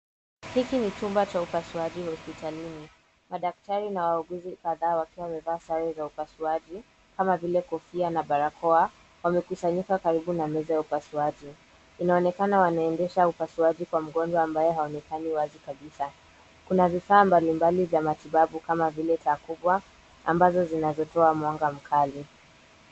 Hili ni chumba cha upasuaji hospitalini. Madaktari na wauguzi kadhaa wakiwa wamevalia sare za upasuaji Kama vile kofia na barakoa wamekusanyika karibu na meza ya upasuaji. Inaonekana wanaendesha upasuaji kwa mgonjwa ambaye haonekani wazi kabisa. Kuna vifaambalimbali vya matibabu kama vile taa kubwa ambazo zinatoa mwanga mkali.